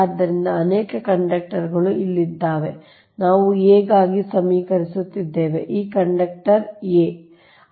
ಆದ್ದರಿಂದ ಅನೇಕ ಕಂಡಕ್ಟರ್ಗಳು ಇಲ್ಲಿದ್ದಾವೆ ನಾವು a ಗಾಗಿ ಸಮೀಕರಿಸುತ್ತಿದ್ದೇವೆ ಈ ಕಂಡಕ್ಟರ್ a' ಕಂಡಕ್ಟರ್